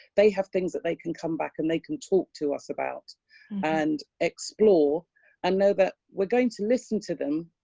they have things that they can come back and they can talk to us about and explore and know that we're going to listen to them.